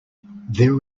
their